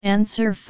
Answer